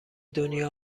دنیا